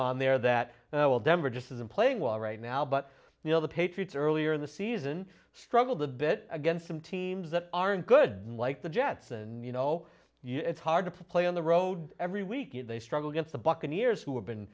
on there that denver just isn't playing well right now but you know the patriots earlier in the season struggled a bit against some teams that aren't good like the jets and you know it's hard to play on the road every weekend they struggle against the buccaneers who have been